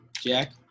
Jack